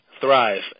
thrive